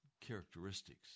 characteristics